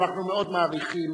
אנחנו מאוד מעריכים,